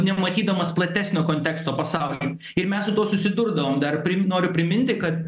nematydamas platesnio konteksto pasauly ir mes su tuo susidurdavom dar prim noriu priminti kad